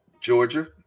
Georgia